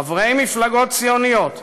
חברי מפלגות ציוניות,